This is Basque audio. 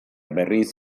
berriz